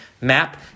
map